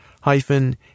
hyphen